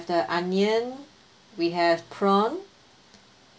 the onion we have prawn